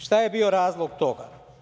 Šta je bio razlog toga?